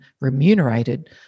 remunerated